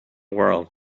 world